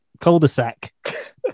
cul-de-sac